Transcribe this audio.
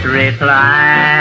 reply